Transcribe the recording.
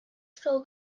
still